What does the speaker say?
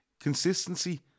Consistency